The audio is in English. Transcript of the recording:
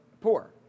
poor